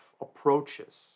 approaches